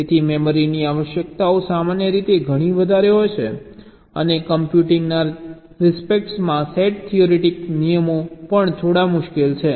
તેથી મેમરીની આવશ્યકતાઓ સામાન્ય રીતે ઘણી વધારે હોય છે અને કમ્પ્યુટિંગ ના રિસ્પેક્ટમાં સેટ થિયોરેટિક નિયમો પણ થોડા મુશ્કેલ છે